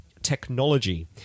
technology